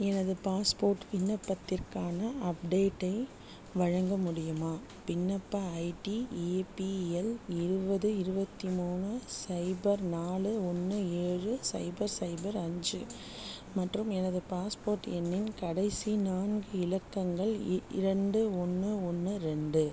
எனது பாஸ்போர்ட் விண்ணப்பத்திற்கான அப்டேட்டை வழங்க முடியுமா விண்ணப்ப ஐடி ஏபிஎல் இருபது இருபத்தி மூணு சைபர் நாலு ஒன்று ஏழு சைபர் சைபர் அஞ்சு மற்றும் எனது பாஸ்போர்ட் எண்ணின் கடைசி நான்கு இலக்கங்கள் இ இரண்டு ஒன்று ஒன்று ரெண்டு